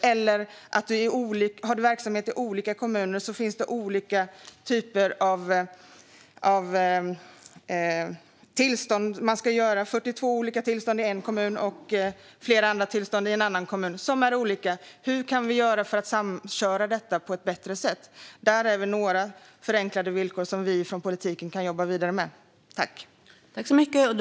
Ett annat är att om man har verksamhet i olika kommuner krävs det olika tillstånd. Det kan vara 42 olika tillstånd i en kommun och flera andra i en annan kommun. Hur kan vi samköra detta på ett bättre sätt? Det är några förenklade villkor som vi politiker kan jobba vidare med.